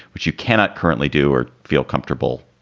which you cannot currently do or feel comfortable,